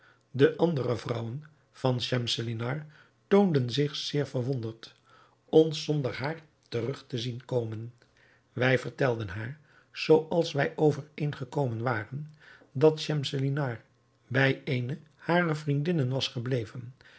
de andere vrouwen van schemselnihar toonden zich zeer verwonderd ons zonder haar terug te zien komen wij vertelden haar zooals wij overeengekomen waren dat schemselnihar bij eene harer vriendinnen was gebleven